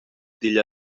digl